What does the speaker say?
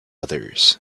others